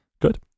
Good